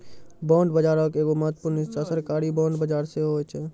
bond बजारो के एगो महत्वपूर्ण हिस्सा सरकारी बांड बजार सेहो होय छै